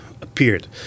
appeared